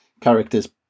characters